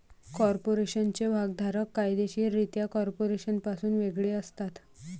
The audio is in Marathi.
कॉर्पोरेशनचे भागधारक कायदेशीररित्या कॉर्पोरेशनपासून वेगळे असतात